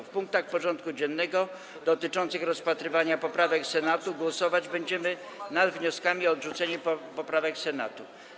W punktach porządku dziennego dotyczących rozpatrywania poprawek Senatu głosować będziemy nad wnioskami o odrzucenie poprawek Senatu.